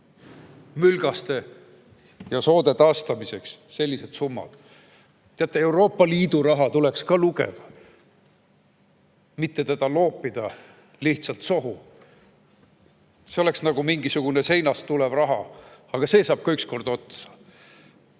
mülgaste ja soode taastamiseks sellised summad. Teate, Euroopa Liidu raha tuleks ka lugeda, mitte loopida seda lihtsalt sohu. See oleks nagu mingisugune seinast tulev raha. Aga see saab ka ükskord otsa. Ja